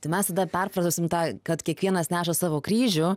tai mes tada perfrazuosim tą kad kiekvienas neša savo kryžių